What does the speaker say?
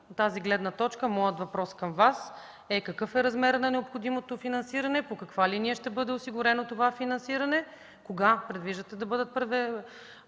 тази гледна точка моят въпрос към Вас е: какъв е размерът на необходимото финансиране; по каква линия ще бъде осигурено това финансиране; кога предвиждате да бъдат проведени